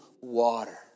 water